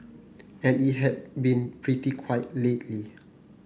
and it has been pretty quiet lately